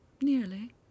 nearly